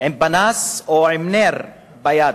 עם פנס או עם נר ביד.